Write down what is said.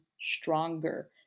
stronger